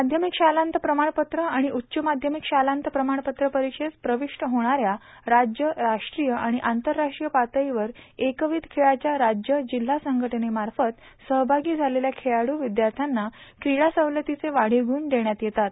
माध्यमिक शालान्त प्रमाणपत्र आणि उच्च माध्यमिक शालान्त प्रमाणपत्र परीक्षेस प्रविष्ट होणाऱ्या राज्य राष्ट्रीय आणि आंतरराष्ट्रीय पातळीवर एकविध खेळाच्या राज्यजिल्हा संघटनेमार्फत सहभागी झालेल्या खेळाडू विद्यार्थ्याना कीडा सवलतीचे वाढीव ग्रुण देण्यात येतात